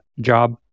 job